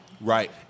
right